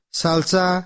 salsa